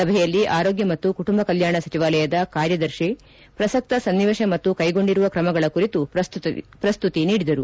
ಸಭೆಯಲ್ಲಿ ಆರೋಗ್ಯ ಮತ್ತು ಕುಟುಂಬ ಕಲ್ಯಾಣ ಸಚಿವಾಲಯದ ಕಾರ್ಯದರ್ತಿ ಪ್ರಸಕ್ತ ಸನ್ನಿವೇತ ಮತ್ತು ಕ್ಟೆಗೊಂಡಿರುವ ಕ್ರಮಗಳ ಕುರಿತು ಪ್ರಸ್ತುತಿ ನೀಡಿದರು